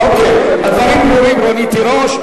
אוקיי, הדברים ברורים, רונית תירוש.